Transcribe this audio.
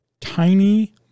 tiny